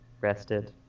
rested